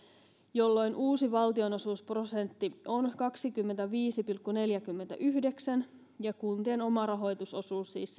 jolloin uusi valtionosuusprosentti on kaksikymmentäviisi pilkku neljäkymmentäyhdeksän ja kuntien omarahoitusosuus siis